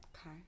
Okay